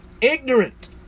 Ignorant